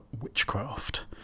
Witchcraft